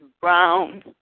brown